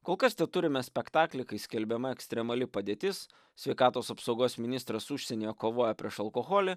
kol kas teturime spektaklį kai skelbiama ekstremali padėtis sveikatos apsaugos ministras užsienyje kovoja prieš alkoholį